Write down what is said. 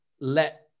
let